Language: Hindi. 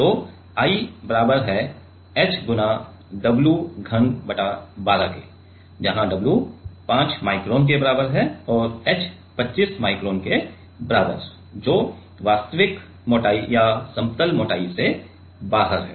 तो I बराबर है hw घन बटा 12 के जहां w 5 माइक्रोन के बराबर है और h 25 माइक्रोन के बराबर है जो वास्तविक मोटाई या समतल मोटाई से बाहर है